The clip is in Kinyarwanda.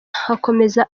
hakomeza